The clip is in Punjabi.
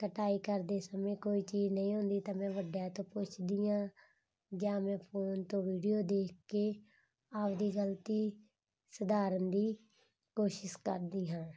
ਕਟਾਈ ਕਰਦੇ ਸਮੇਂ ਕੋਈ ਚੀਜ਼ ਨਹੀਂ ਆਉਂਦੀ ਤਾਂ ਮੈਂ ਵੱਡਿਆਂ ਤੋਂ ਪੁੱਛਦੀ ਹਾਂ ਜਾਂ ਮੈਂ ਫੋਨ ਤੋਂ ਵੀਡੀਓ ਦੇਖ ਕੇ ਆਪਣੀ ਗਲਤੀ ਸੁਧਾਰਨ ਦੀ ਕੋਸ਼ਿਸ਼ ਕਰਦੀ ਹਾਂ